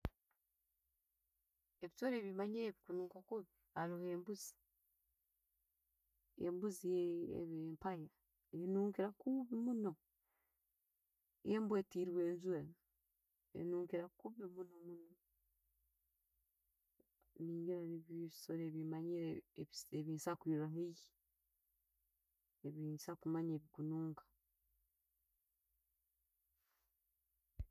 Ebisolo ebimanyire kununka kubi, haroho embuzi, embuzi empire enunkira kubi munno. Embwa eiteirwe enjura enunkira kubi munno muno. Ngira nibyo ebisooro ebyemanyire ebi- ebyokusobora kuba haiiyi ebye'nkusobora kumanya ebikununka.